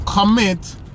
commit